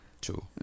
True